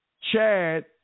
Chad –